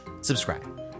subscribe